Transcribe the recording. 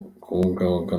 kubungabunga